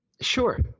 Sure